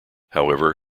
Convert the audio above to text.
however